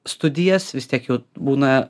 studijas vis tiek jau būna